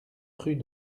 rue